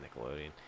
Nickelodeon